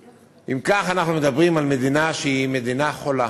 אם כך, אנחנו מדברים על מדינה שהיא מדינה חולה.